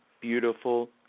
beautiful